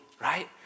right